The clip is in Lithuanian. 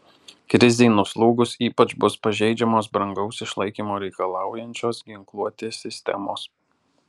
krizei nuslūgus ypač bus pažeidžiamos brangaus išlaikymo reikalaujančios ginkluotės sistemos